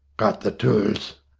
got the tools?